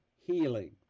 healing